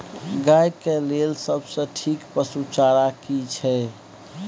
गाय के लेल सबसे ठीक पसु चारा की छै?